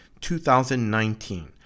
2019